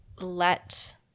let